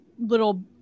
little